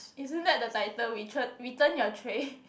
isn't that the title we re~ return your tray